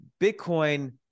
Bitcoin